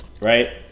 right